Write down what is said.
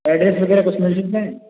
address वगैरह कुछ मिल सकता है